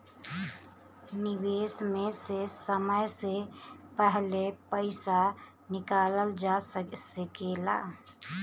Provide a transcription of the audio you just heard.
निवेश में से समय से पहले पईसा निकालल जा सेकला?